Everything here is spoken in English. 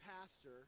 pastor—